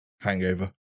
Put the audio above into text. hangover